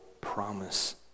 promise